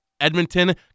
Edmonton